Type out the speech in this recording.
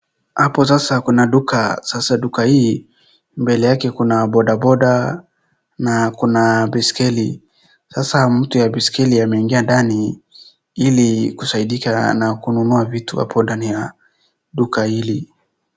Hapo sasa kuna duka. Sasa duka hii mbele yake kuna bodaboda na kuna baiskeli. Sasa mtu ya baiskeli ameingia ndani ili kusaidika na kunua vitu hapo ndani ya duka hili.